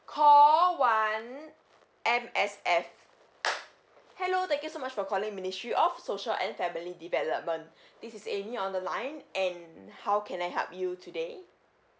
call one M_S_F hello thank you so much for calling ministry of social and family development this is amy on the line and how can I help you today